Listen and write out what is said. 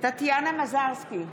טטיאנה מזרסקי,